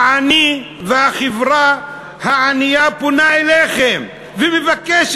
העני והחברה הענייה פונים אליכם ומבקשים